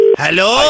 Hello